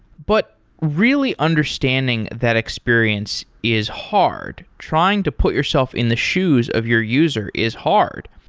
but really understanding that experience is hard. trying to put yourself in the shoes of your user is hard.